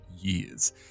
years